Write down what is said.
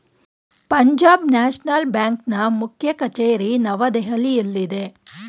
Punjab national ಬ್ಯಾಂಕ್ನ ಮುಖ್ಯ ಕಚೇರಿ ನವದೆಹಲಿಯಲ್ಲಿದೆ